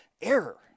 error